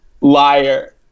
liar